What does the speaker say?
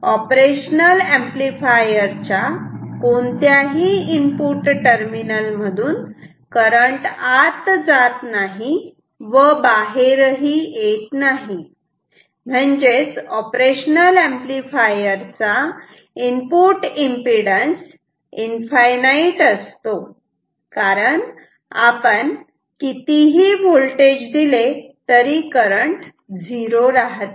2 प्रमाणे operational amplifier च्या कोणत्याही इनपुट टर्मिनल मधून करंट आत जात नाही व बाहेरही येत नाही म्हणजेच ऑपरेशनल ऍम्प्लिफायर चा इनपुट एमपीडन्स इनफायर्नाईट असतो कारण आपण कितीही होल्टेज दिले तरी करंट झिरो राहते